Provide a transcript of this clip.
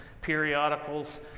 periodicals